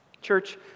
church